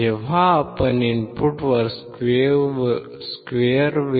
जेव्हा आपण इनपुटवर स्क्वेअर वे